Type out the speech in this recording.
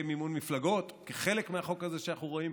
מימון מפלגות כחלק מהחוק הזה שאנחנו רואים,